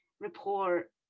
report